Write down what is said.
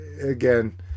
again